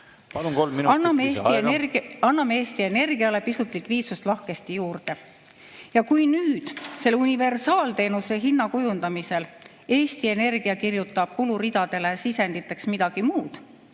Anname Eesti Energiale pisut likviidsust lahkesti juurde. Ja kui nüüd selle universaalteenuse hinna kujundamisel Eesti Energia kirjutab kuluridadele sisenditeks midagi muud,